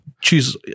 choose